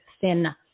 thin